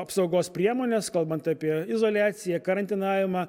apsaugos priemones kalbant apie izoliaciją karantinavimą